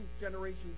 generations